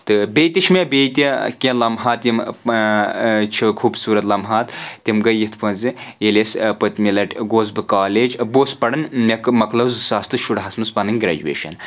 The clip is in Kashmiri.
تہٕ بیٚیہِ تہِ چھِ مےٚ بیٚیہِ تہِ کینہہ لمحات یِم چھِ خوٗبصوٗرت لمحات تِم گٔے یِتھ پٲٹھۍ زِ ییٚلہِ أسۍ پٔتمہِ لَٹہِ گوس بہٕ کالیج بہٕ اوسُس پَران مےٚ مۄکلٲو زٕ ساس تہٕ شُرہس منٛز پَنٕنۍ گریجویشن